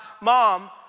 mom